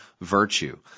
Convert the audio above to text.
virtue